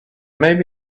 maybe